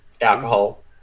alcohol